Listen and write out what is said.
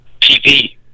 TV